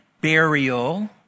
Burial